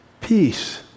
Peace